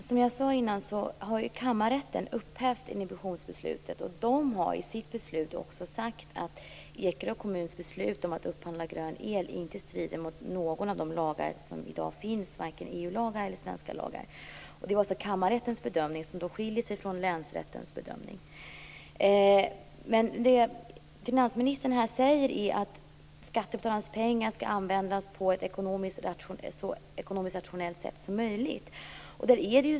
Herr talman! Som jag sade förut har ju kammarrätten upphävt inhibitionsbeslutet. Man har också sagt att Ekerö kommuns beslut att upphandla grön el inte strider mot någon av de lagar som finns i dag, varken EU-lagar eller svenska lagar. Detta var kammarrättens bedömning, som alltså skiljer sig från länsrättens. Finansministern säger att skattebetalarnas pengar skall användas på ett så ekonomiskt rationellt sätt som möjligt.